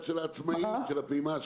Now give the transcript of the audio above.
אבל ההצעה להעביר דרך שלושת המפעילים הגדולים